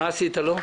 מה עשית לו?